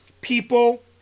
people